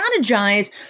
strategize